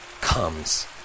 comes